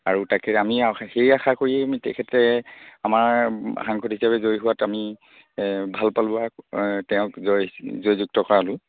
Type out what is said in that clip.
আৰু তাকে আমি আ সেই আশা কৰিয়ে আমি তেখেতে আমাৰ সাংসদ হিচাপে জয়ী হোৱাত আমি ভাল পালো আৰু তেওঁক জয় জয়যুক্ত কৰালোঁ